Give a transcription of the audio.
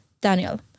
Daniel